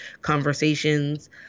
conversations